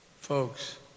Folks